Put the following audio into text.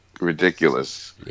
ridiculous